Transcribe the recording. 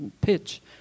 pitch